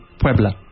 Puebla